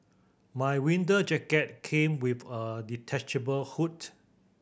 my winter jacket came with a detachable hood